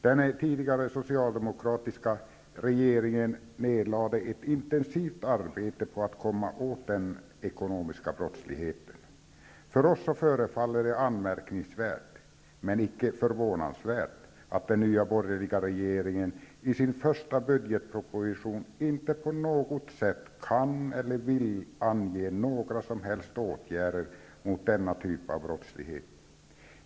Den tidigare socialdemokratiska regeringen nedlade ett intensivt arbete på att komma åt den ekonomiska brottsligheten. För oss förefaller det anmärkningsvärt -- men icke förvånansvärt -- att den nya borgerliga regeringen i sin första budgetproposition inte på något sätt kan eller vill ange några som helst åtgärder mot denna typ av brottslighet.